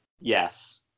Yes